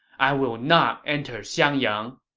i will not enter xiangyang!